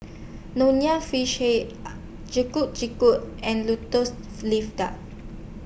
Nonya Fish Head Getuk Getuk and Lotus Leaf Duck